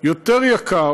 יותר יקר,